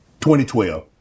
2012